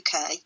UK